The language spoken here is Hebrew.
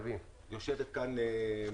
נעה אבירם,